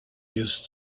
used